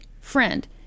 friend